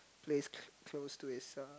places close to itself